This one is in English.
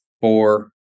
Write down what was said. four